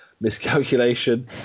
miscalculation